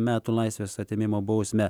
metų laisvės atėmimo bausmę